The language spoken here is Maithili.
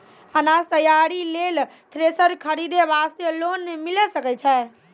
अनाज तैयारी लेल थ्रेसर खरीदे वास्ते लोन मिले सकय छै?